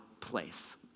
place